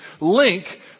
link